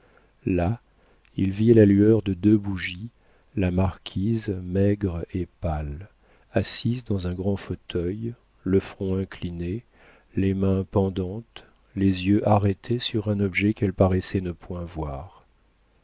là il vit à la lueur de deux bougies la marquise maigre et pâle assise dans un grand fauteuil le front incliné les mains pendantes les yeux arrêtés sur un objet qu'elle paraissait ne point voir